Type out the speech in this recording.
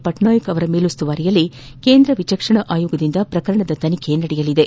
ಪಟ್ವಾಯಕ್ ಅವರ ಮೇಲುಸ್ತುವಾರಿಯಲ್ಲಿ ಕೇಂದ್ರ ವಿಚಕ್ಷಣಾ ಆಯೋಗದಿಂದ ಪ್ರಕರಣದ ತನಿಖೆ ನಡೆಯಲಿದೆ